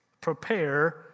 prepare